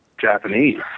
Japanese